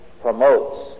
promotes